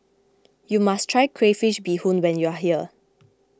you must try Crayfish BeeHoon when you are here